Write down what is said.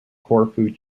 corfu